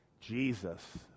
Jesus